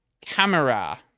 camera